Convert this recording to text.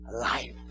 life